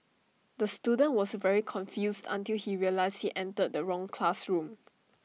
the student was very confused until he realised he entered the wrong classroom